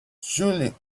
julie